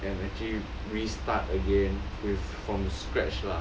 and actually restart again with from scratch lah